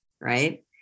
right